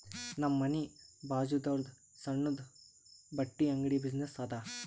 ನಮ್ ಮನಿ ಬಾಜುದಾವ್ರುದ್ ಸಣ್ಣುದ ಬಟ್ಟಿ ಅಂಗಡಿ ಬಿಸಿನ್ನೆಸ್ ಅದಾ